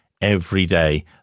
everyday